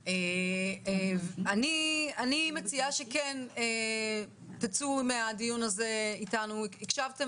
אני מציעה שכן תצאו מהדיון הזה אתנו אחרי שהקשבתם